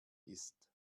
ist